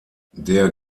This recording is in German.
der